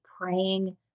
praying